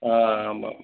ஆ ஆமாம்